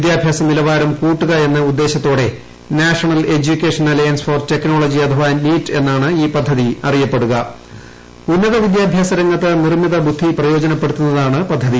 വിദ്യാഭ്യാസ നിലവാരം കൂട്ടുക എന്നു ഉദ്ദേശത്തോടെ national education alliance for technology അഥവാ നീറ്റ് എന്നാണ് ഈ പദ്ധതി അറിയപ്പെട്ടുകി ്ഉന്നത വിദ്യാഭ്യാസ രംഗത്ത് നിർമ്മിത ബുദ്ധി പ്രയോജനഉപ്പടുത്തുന്നതാണ് പദ്ധതി